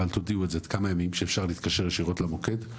אבל תודיעו את זה, שאפשר להתקשר ישירות למוקד,